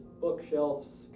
bookshelves